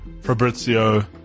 Fabrizio